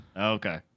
Okay